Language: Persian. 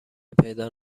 پیدا